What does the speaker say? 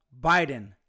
biden